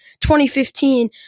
2015